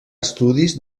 estudis